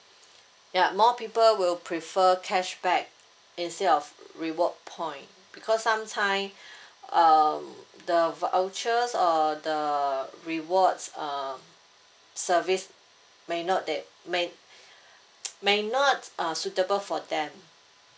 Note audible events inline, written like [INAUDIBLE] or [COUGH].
ya more people will prefer cashback instead of reward point because sometime um the vouchers or the rewards err service may not that may [NOISE] may not uh suitable for them